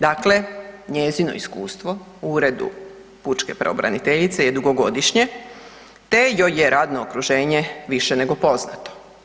Dakle, njezino iskustvo u Uredu pučke pravobraniteljice je dugogodišnje, te joj je radno okruženje više nego poznato.